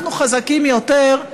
אנחנו חזקים יותר,